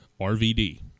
RVD